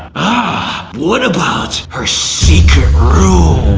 ah, what about her secret room?